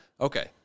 Okay